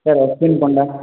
sir Ashwini Panda